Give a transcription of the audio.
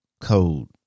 Code